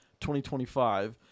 2025